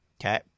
okay